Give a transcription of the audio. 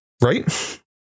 right